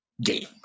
game